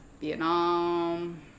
vietnam